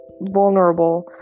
vulnerable